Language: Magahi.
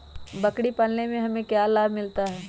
बकरी पालने से हमें क्या लाभ मिलता है?